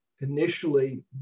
initially